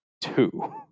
two